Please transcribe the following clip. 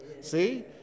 See